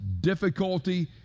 difficulty